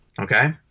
Okay